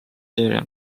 seeria